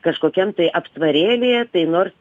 kažkokiam tai aptvarėlyje tai nors